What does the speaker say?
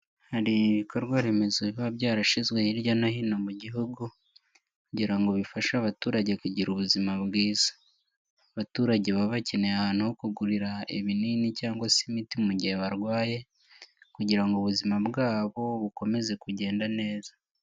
Hari ibikorwaremezo biba byarashyizwe hirya no hino mu gihugu kugira ngo bifashe abaturage kugira ubuzima bwiza, abaturage baba bakeneye ahantu ho kugurira ibinini cyangwa se imiti mu gihe barwaye kugira ngo ubuzima bwabo bukomeze kugenda neza.